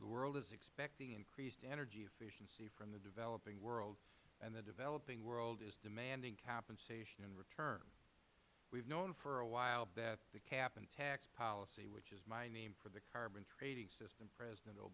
the world is expecting increased energy efficiency from the developing world and the developing world is demanding compensation in return we have known for a while that the cap and tax policy which is my name for the carbon trading system pres